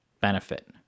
benefit